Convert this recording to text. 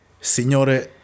Signore